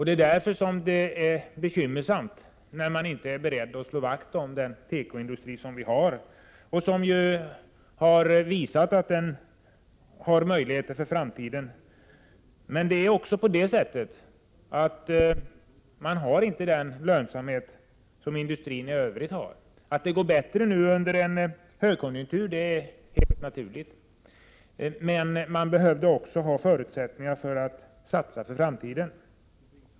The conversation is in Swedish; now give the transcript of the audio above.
Det är därför bekymmersamt när man inte är beredd att slå vakt om den tekoindustri vi har och som har visat att den har möjligheter för framtiden. Tekoindustrin har dock inte den lönsamhet som industrin i övrigt har. Det är helt naturligt att det går bättre nu under en högkonjunktur. Men man behöver också förutsättningar för att kunna satsa på framtiden.